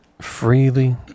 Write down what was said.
freely